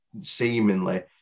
seemingly